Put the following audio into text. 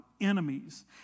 enemies